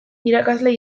irakasle